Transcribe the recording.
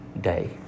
day